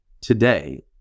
today